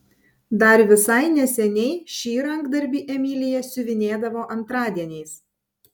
dar visai neseniai šį rankdarbį emilija siuvinėdavo antradieniais